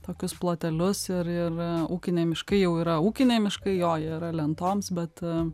tokius plotelius ir ir ūkiniai miškai jau yra ūkiniai miškai jo jie yra lentoms bet